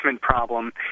problem